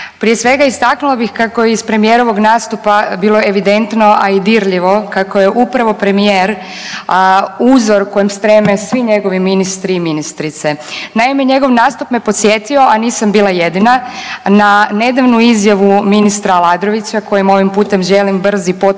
Prije svega istaknula bih kako je iz premijerovog nastupa bilo evidentno, a i dirljivo kako je upravo premijer uzor kojem streme svi njegovi ministri i ministrice. Naime, njegov nastup me podsjetio, a nisam bila jedina na nedavnu izjavu ministra Aladrovića kojem ovim putem želim brzi i potpun